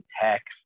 text